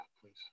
please